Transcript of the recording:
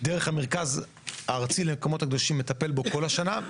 דרך המרכז הארצי למקומות הקדושים מטפל בו כל השנה.